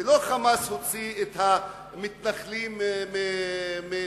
ולא "חמאס" הוציא את המתנחלים מעזה.